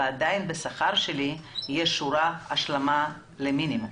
ועדיין בשכר שלה יש שורת השלמה למינימום.